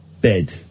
Bed